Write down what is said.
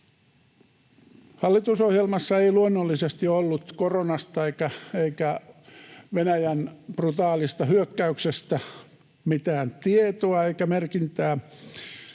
Hallitusohjelmassa ei luonnollisesti ollut koronasta eikä Venäjän brutaalista hyökkäyksestä mitään tietoa eikä merkintää,